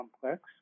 complex